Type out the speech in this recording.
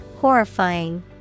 Horrifying